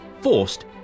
forced